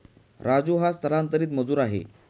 राजू हा स्थलांतरित मजूर आहे